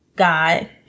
god